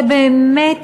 זה באמת